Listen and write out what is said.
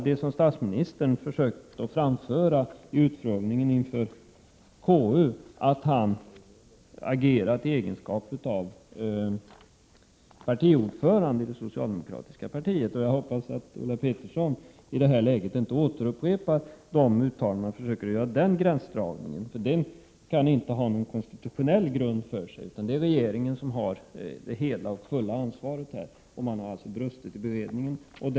Det som statsministern sade vid utfrågningen i konstitutionsutskottet, att han agerat i egenskap av partiordförande i det socialdemokratiska partiet, är inget försvar. Jag hoppas att Ulla Pettersson nu inte upprepar detta och försöker göra en sådan gränsdragning. Det finns inte någon konstitutionell grund härför, utan regeringen har i detta fall det hela och fulla ansvaret. Regeringen har alltså brustit när det gäller beredningen.